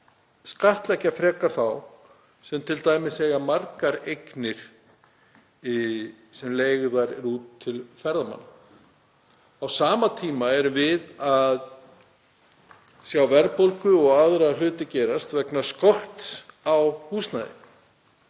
skattleggja frekar þá sem eiga t.d. margar eignir sem leigðar eru út til ferðamanna. Á sama tíma erum við að sjá verðbólgu og aðra hluti gerast vegna skorts á húsnæði.